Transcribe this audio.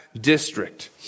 district